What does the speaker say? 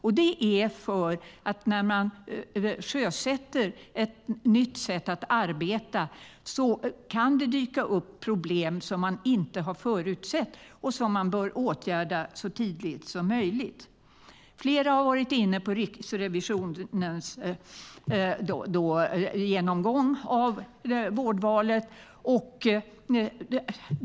Utvärdering ska ske eftersom det när man sjösätter ett nytt sätt att arbeta kan dyka upp problem som man inte har förutsett och som man bör åtgärda så tidigt som möjligt. Flera har varit inne på Riksrevisionens genomgång av vårdvalet.